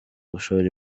gushora